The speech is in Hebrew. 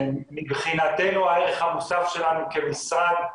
מבחינתנו הערך המוסף שלנו כמשרד,